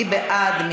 מי בעד?